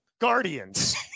Guardians